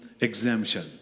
exemption